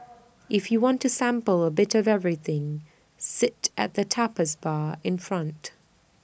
if you want to sample A bit of everything sit at the tapas bar in front